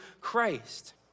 Christ